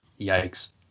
Yikes